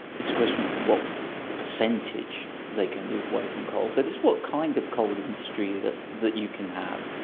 it's a question of what percentage they can move away from coal. but it's what kind of coal industry that that you can have.